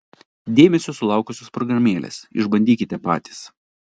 dėmesio sulaukusios programėlės išbandykite patys